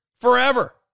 forever